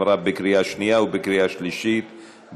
התשע"ז 2017,